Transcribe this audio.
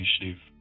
initiative